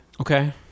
Okay